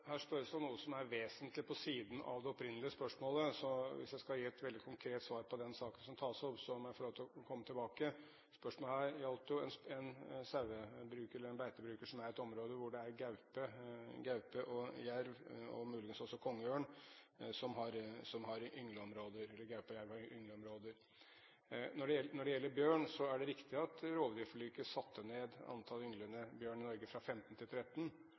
her spørres det om noe som er vesentlig på siden av det opprinnelige spørsmålet, så hvis jeg skal gi et veldig konkret svar på den saken som tas opp, må jeg få lov til å komme tilbake. Spørsmålet her gjaldt jo en beitebruker som er i et område hvor det er gaupe og jerv som har yngleområder, og hvor det muligens også er kongeørn. Når det gjelder bjørn, er det riktig at rovdyrforliket satte ned antall ynglende bjørn i Norge fra 15 til 13,